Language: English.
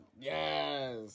Yes